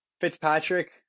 Fitzpatrick